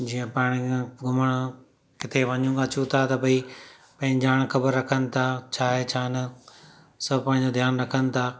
जीअं पाण खे घुमणु किथे वञूं अचूं था त भई पंहिंजी ॼाण ख़बर रखनि था छा आहे छा न सभु पंहिंजो ध्यानु रखनि था